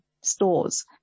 stores